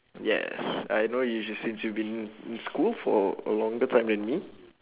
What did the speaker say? yes I know you since you have been in in school for a longer time than me